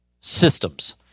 systems